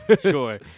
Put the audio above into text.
Sure